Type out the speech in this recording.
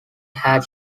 had